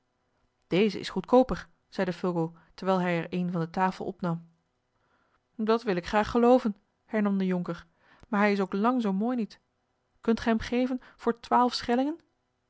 deze is goedkooper zeide fulco terwijl hij er een van de tafel opnam dat wil ik graag gelooven hernam de jonker maar hij is ook lang zoo mooi niet kunt ge hem geven voor twaalf schellingen